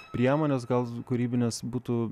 priemonės gal kūrybinės būtų